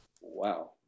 Wow